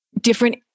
different